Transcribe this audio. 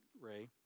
Ray